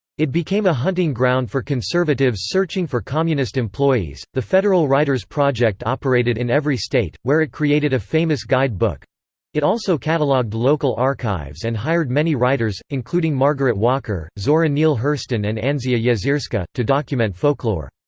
it became a hunting ground for conservatives searching for communist employees the federal writers' project operated in every state, where it created a famous guide book it also catalogued local archives and hired many writers, including margaret walker, zora neale hurston and anzia yezierska, to document folklore.